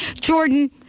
Jordan